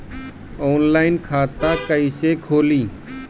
Online खाता कईसे खुलि?